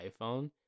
iphone